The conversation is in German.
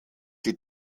die